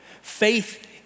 Faith